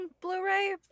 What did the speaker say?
Blu-ray